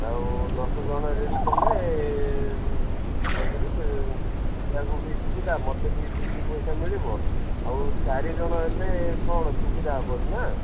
ଆଉ ଦଶ ଜଣ ରେଡ଼ି କଲେ ଯାଇକରି ଶିଖେଇବାକୁ ବି ସୁବିଧା ମୋତେ ବି ଦୁଇ ପଇସା ମିଳିବ ଆଉ ଚାରି ଜଣ ହେଲେ କ'ଣ ସୁବିଧା ହବନି ନା